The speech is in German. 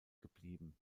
geblieben